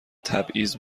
تبعیض